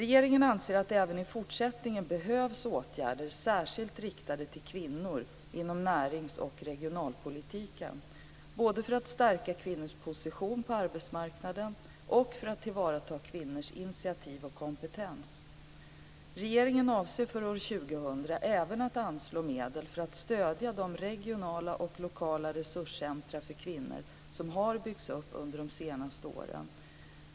Regeringen anser att det även i fortsättningen behövs åtgärder särskilt riktade till kvinnor inom närings och regionalpolitiken, både för att stärka kvinnors position på arbetsmarknaden och för att tillvarata kvinnors initiativ och kompetens. Regeringen avser för år 2000 även att anslå medel för att stödja de regionala och lokala resurscentrum för kvinnor som har byggts upp under de senaste åren.